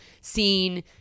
seen